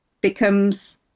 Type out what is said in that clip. becomes